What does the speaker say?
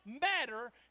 matter